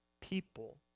people